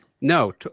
No